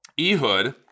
Ehud